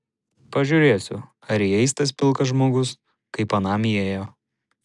pažiūrėsiu ar įeis tas pilkas žmogus kaip anam įėjo